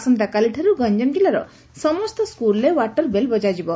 ଆସନ୍ତାକାଲିଠାରୁ ଗଞ୍ଠାମ କିଲ୍କୁର ସମସ୍ତ ସ୍କୁଲରେ ଓ୍ୱାଟର ବେଲ୍ ବଜାଯିବ